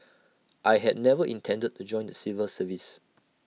I had never intended to join the civil service